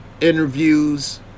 interviews